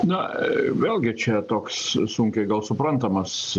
na vėlgi čia toks sunkiai gal suprantamas